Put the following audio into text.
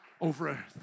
over